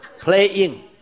playing